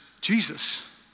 Jesus